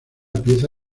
pieza